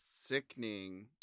sickening